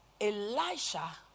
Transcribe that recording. Elisha